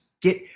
get